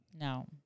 No